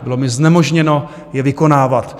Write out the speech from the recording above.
Bylo mi znemožněno je vykonávat.